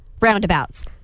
roundabouts